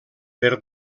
per